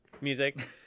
music